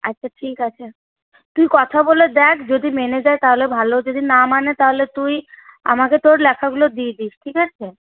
আচ্ছা ঠিক আছে তুই কথা বলে দেখ যদি মেনে যায় তাহলে ভালো যদি না মানে তাহলে তুই আমাকে তোর লেখাগুলো দিয়ে দিস ঠিক আছে